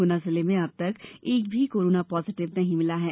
गुना जिले में अब तक एक भी कोरोना पॉजीटिव नहीं मिला है